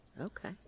okay